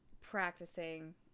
practicing